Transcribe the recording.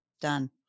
done